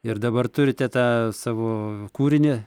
ir dabar turite tą savo kūrinį